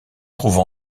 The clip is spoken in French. trouve